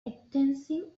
extensive